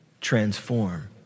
transform